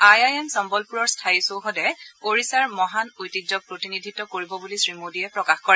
I I M চম্মলপুৰৰ স্থায়ী চৌহদে ওড়িশাৰ মহান ঐতিহ্যক প্ৰতিনিধিত্ব কৰিব বুলি শ্ৰীমোদীয়ে প্ৰকাশ কৰে